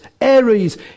Aries